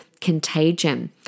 contagion